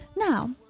Now